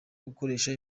gukoresha